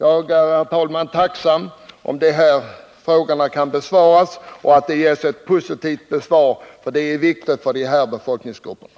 Jag är, herr talman, tacksam ifall de här frågorna kan besvaras och om det kan ges ett positivt svar — det är viktigt för de här befolkningsgrupperna.